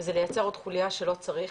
וזה לייצר עוד חוליה שלא צריך.